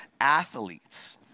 athletes